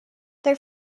their